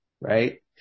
right